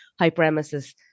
hyperemesis